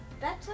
better